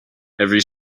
every